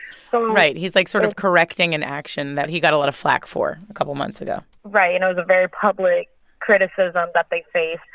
so. right. he's, like, sort of correcting an action that he got a lot of flak for a couple months ago right, you know, the very public criticism that they faced.